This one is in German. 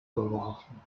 geworfen